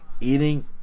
Eating